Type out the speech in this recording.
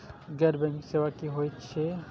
गैर बैंकिंग सेवा की होय छेय?